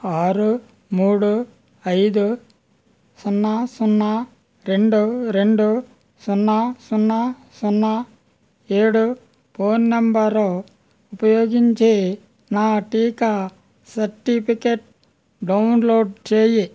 ఆరు మూడు ఐదు సున్నా సున్నా రెండు రెండు సున్నా సున్నా సున్నా ఏడు ఫోన్ నంబర్ను ఉపయోగించి నా టీకా సర్టిఫికేట్ డౌన్లోడ్ చేయి